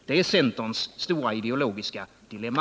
Det är centerns stora ideologiska dilemma.